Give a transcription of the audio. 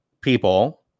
people